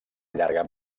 llarga